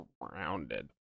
grounded